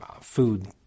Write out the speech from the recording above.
food